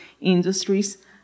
industries